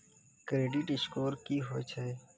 Credit score की होय छै?